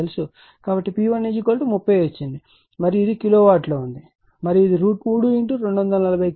కాబట్టి P1 30 వచ్చింది మరియు ఇది కిలోవాట్లో ఉంది మరియు ఇది √ 3 240 కిలోవాల్ట్ 0